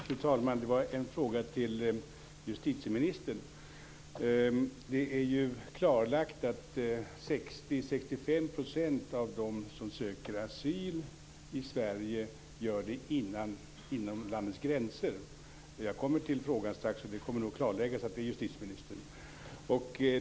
Fru talman! Det är en fråga till justitieministern. Det är klarlagt att 60-65 % av dem som söker asyl i Sverige gör det inom landets gränser. Jag kommer till frågan strax, och det kommer att bli klart för justitieministern.